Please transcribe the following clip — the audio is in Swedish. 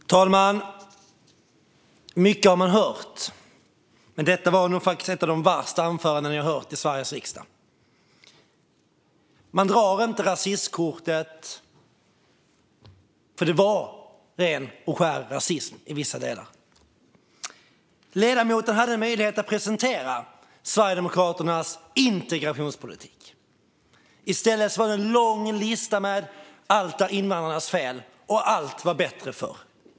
Fru talman! Mycket har jag hört, men detta var nog faktiskt ett av de värsta anföranden jag hört i Sveriges riksdag. Man drar inte rasistkortet, för det var ren och skär rasism i vissa delar. Ledamoten hade möjlighet att presentera Sverigedemokraternas integrationspolitik. I stället var det en lång lista med "allt är invandrarnas fel" och "allt var bättre förr".